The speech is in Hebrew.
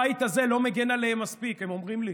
הבית הזה לא מגן עליהם מספיק, הם אומרים לי,